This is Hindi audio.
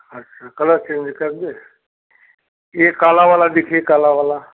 अच्छा कलर चेंज कर दें यह काला वाला देखिए काला वाला